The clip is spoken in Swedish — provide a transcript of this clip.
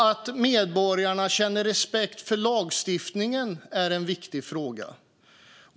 Att medborgarna känner respekt för lagstiftningen är en viktig fråga.